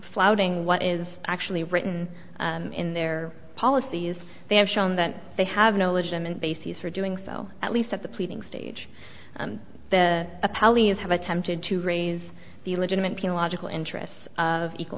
flouting what is actually written in their policies they have shown that they have no legitimate basis for doing so at least at the pleading stage the pallies have attempted to raise the legitimately logical interests of equal